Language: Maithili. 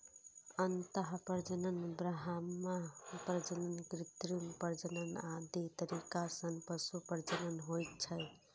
अंतः प्रजनन, बाह्य प्रजनन, कृत्रिम प्रजनन आदि तरीका सं पशु प्रजनन होइ छै